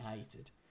hated